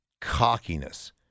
cockiness